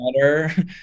better